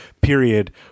period